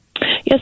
Yes